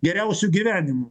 geriausiu gyvenimu